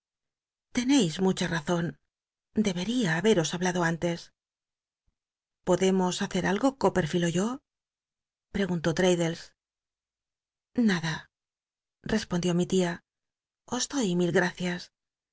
teneis mucha razon debcria babet os hablado antes podemos hacer algo copperlield ó yo ll'eguntó fraddles nada respondió mi tia os doy mil gracias